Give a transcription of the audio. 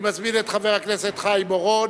אני מזמין את חבר הכנסת חיים אורון